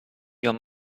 your